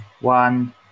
one